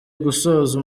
gusoza